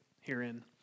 herein